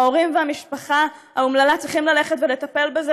וההורים והמשפחה האומללה צריכים ללכת ולטפל בזה